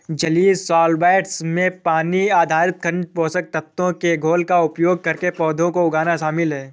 जलीय सॉल्वैंट्स में पानी आधारित खनिज पोषक तत्वों के घोल का उपयोग करके पौधों को उगाना शामिल है